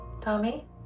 Tommy